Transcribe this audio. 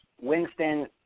Winston